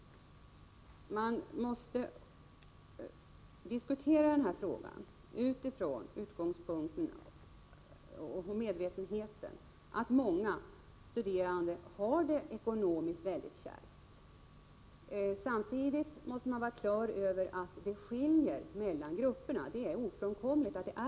Man måste diskutera den här frågan utifrån utgångspunkten och medvetenheten att många studerande har det ekonomiskt mycket kärvt. Samtidigt måste man vara på det klara med att det skiljer mellan grupperna och att det är ofrånkomligt.